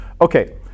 Okay